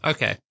Okay